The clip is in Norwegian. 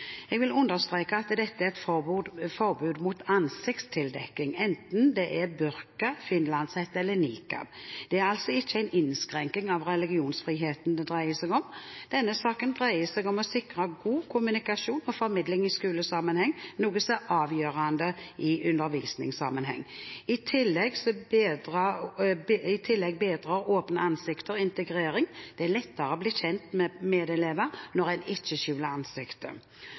jeg på som et skritt i riktig retning. Jeg vil understreke at dette er et forbud mot ansiktstildekking, enten det er burka, finlandshette eller nikab. Det er altså ikke en innskrenking av religionsfriheten det dreier seg om. Denne saken dreier seg om å sikre god kommunikasjon og formidling i skolesammenheng, noe som er avgjørende i undervisningssammenheng. I tillegg bedrer åpne ansikter integrering; det er lettere å bli kjent med medelever når en ikke